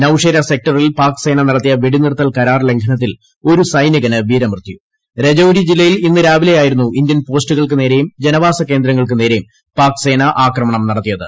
നൌഷെരാ സെക്ടറിൽ പാക്സേന നട്ടത്തിയ് വെടിനിർത്തൽ കരാർലംഘനത്തിൽ ഒരു സൈനികന് വീരമൃത്യു രജൌരി ജില്ലയിൽ ഇന്ന് രാവിലെ ആയിരുന്നു ഇന്ത്യൻ പോസ്റ്റുകൾക്ക് നേരെയും ജനവാസകേന്ദ്രങ്ങൾക്ക് നേരെയും പാക്സേന ആക്രമണം നടത്തിയത്